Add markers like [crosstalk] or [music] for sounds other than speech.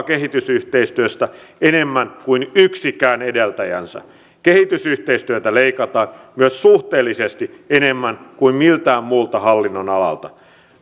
[unintelligible] kehitysyhteistyöstä enemmän kuin yksikään edeltäjänsä kehitysyhteistyöstä leikataan myös suhteellisesti enemmän kuin miltään muulta hallinnonalalta